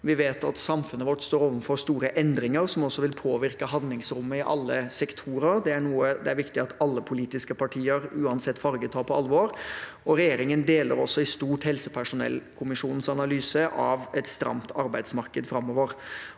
Vi vet at samfunnet vårt står overfor store endringer, noe som vil påvirke handlingsrommet i alle sektorer, og det er det viktig at alle politiske partier uansett farge tar på alvor. Regjeringen deler også i stort helsepersonellkommisjonens analyse av et stramt arbeidsmarked framover.